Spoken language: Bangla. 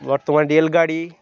বর্তমান রেল গাড়ি